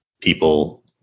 people